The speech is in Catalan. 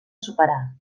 superar